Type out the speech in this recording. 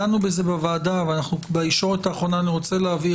דנו בזה בוועדה ואנחנו בישורת האחרונה ואני רוצה להבהיר,